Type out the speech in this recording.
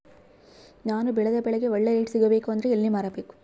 ನಾನು ಬೆಳೆದ ಬೆಳೆಗೆ ಒಳ್ಳೆ ರೇಟ್ ಸಿಗಬೇಕು ಅಂದ್ರೆ ಎಲ್ಲಿ ಮಾರಬೇಕು?